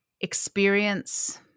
experience